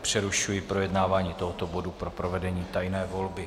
Přerušuji projednávání tohoto bodu pro provedení tajné volby.